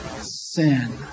sin